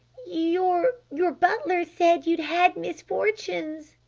your your butler said you'd had misfortunes,